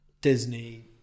Disney